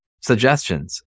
suggestions